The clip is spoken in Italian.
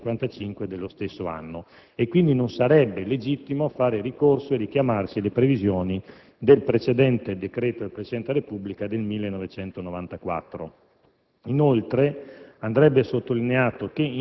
e del decreto del Presidente della Repubblica n. 55 dello stesso anno e quindi non sarebbe legittimo fare ricorso e richiamarsi alle previsioni del precedente decreto del Presidente della Repubblica del 1994.